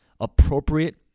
appropriate